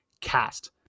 cast